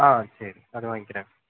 ஆ சரி அது வாங்க்கிறேன்